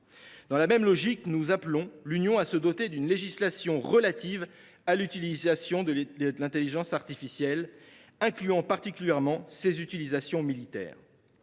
Dans la même logique, nous appelons l’Union à se doter d’une législation relative à l’utilisation de l’intelligence artificielle, incluant particulièrement ses utilisations militaires.